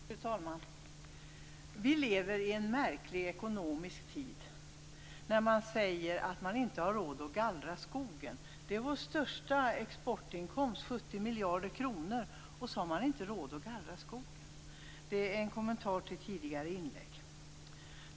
Fru talman! Vi lever i en märklig ekonomisk tid när man säger att man inte har råd att gallra skogen. Det är vår största exportinkomst som ger 70 miljarder kronor, och så har man inte råd att gallra skogen. Det är en kommentar till tidigare inlägg.